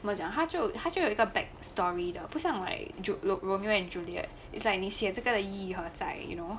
怎么讲它就它就有一个 back story 的不像 like joke ro~ romeo and juliet is like 你写这个的意义何在 you know